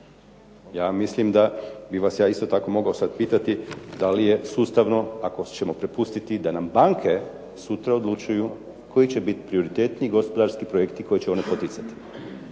Ja mislim da bi vas ja isto tako mogao sad pitati da li je sustavno, ako ćemo prepustiti da nam banke sutra odlučuju koji će biti prioritetniji gospodarski projekti koji će oni poticati?